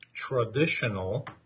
traditional